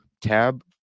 tab